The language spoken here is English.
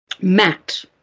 Matt